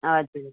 हजुर